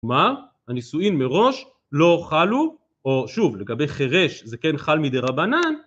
כלומר הנישואין מראש לא הוחלו, או שוב לגבי חירש זה כן חל מדי רבנן